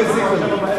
זה לא הזיק לנו.